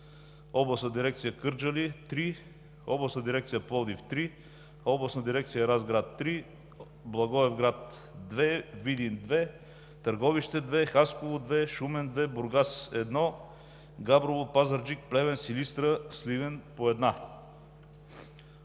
Областна дирекция Кърджали – 3, Областна дирекция Пловдив – 3, Областна дирекция Разград – 3, Благоевград – 2, Видин – 2, Търговище – 2, Хасково – 2, Шумен – 2, Бургас – 1, Габрово, Пазарджик, Плевен, Силистра, Сливен – по 1.